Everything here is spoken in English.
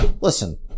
Listen